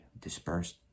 dispersed